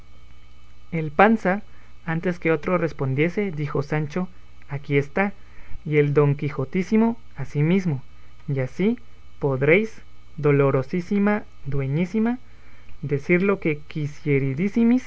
el panza antes que otro respondiese dijo sancho aquí esta y el don quijotísimo asimismo y así podréis dolorosísima dueñísima decir lo que